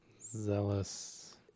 Zealous